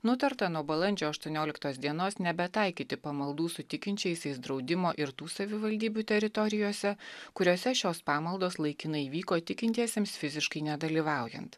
nutarta nuo balandžio aštuonioliktos dienos nebetaikyti pamaldų su tikinčiaisiais draudimo ir tų savivaldybių teritorijose kuriose šios pamaldos laikinai vyko tikintiesiems fiziškai nedalyvaujant